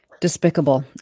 despicable